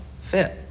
fit